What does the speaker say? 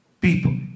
people